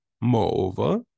Moreover